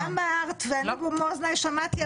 אמרת, ואני במו אוזניי שמעתי.